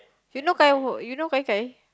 you know gai who you know gai-gai